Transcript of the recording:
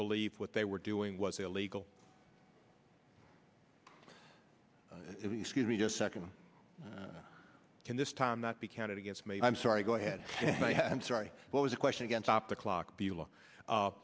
believe what they were doing was illegal excuse me just second can this time not be counted against me i'm sorry go ahead i'm sorry what was the question again stop the clock be